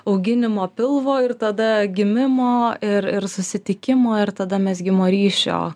auginimo pilvo ir tada gimimo ir ir susitikimo ir tada mezgimo ryšio